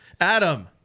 Adam